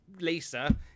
Lisa